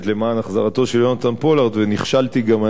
של יהונתן פולארד ונכשלתי גם אני בתפקידי,